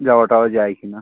যাওয়া টাওয়া যায় কিনা